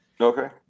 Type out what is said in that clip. okay